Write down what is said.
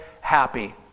happy